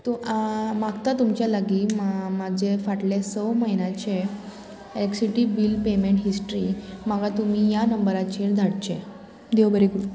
तूं आं मागता तुमच्या लागीं म्हाजें फाटले स म्हयन्याचे एक्सीटी बील पेमेंट हिस्ट्री म्हाका तुमी ह्या नंबराचेर धाडचें देव बरें करूं